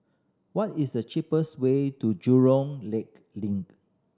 what is the cheapest way to Jurong Lake Link